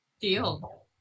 deal